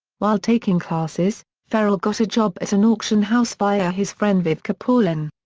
while taking classes, ferrell got a job at an auction house via his friend viveca paulin.